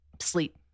sleep